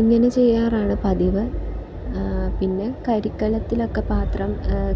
ഇങ്ങനെ ചെയ്യാറാണ് പതിവ് പിന്നെ കരിക്കലത്തിലൊക്കെ പാത്രം